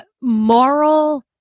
moral